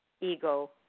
ego